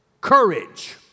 courage